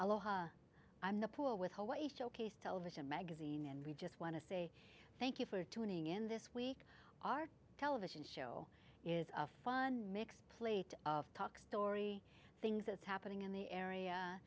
aloha i'm the pool with hawaii showcase television magazine and we just want to say thank you for tuning in this week our television show is a fun mix plate of talk story things that's happening in the area